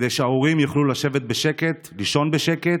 כדי שההורים יוכלו לשבת בשקט ולישון בשקט,